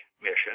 mission